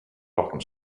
lachen